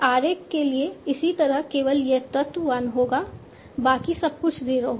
RA के लिए इसी तरह केवल यह तत्व 1 होगा बाकी सब कुछ 0 होगा